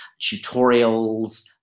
tutorials